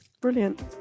brilliant